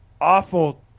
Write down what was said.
awful